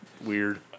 weird